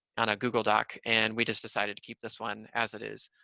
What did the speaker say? on a google doc, and we just decided to keep this one as it is.